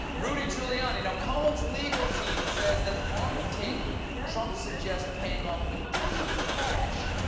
rudy giuliani. now, cohen's legal team says that on the tape trump suggests paying off mcdougal with cash,